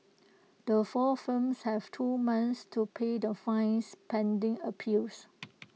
the four firms have two months to pay the fines pending appeals